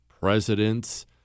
presidents